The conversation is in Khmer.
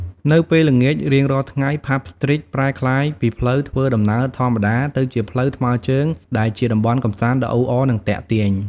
នៅពេលល្ងាចរៀងរាល់ថ្ងៃ ផាប់ ស្ទ្រីត ប្រែក្លាយពីផ្លូវធ្វើដំណើរធម្មតាទៅជាផ្លូវថ្មើរជើងដែលជាតំបន់កម្សាន្តដ៏អ៊ូអរ និងទាក់ទាញ។